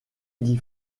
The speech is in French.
dit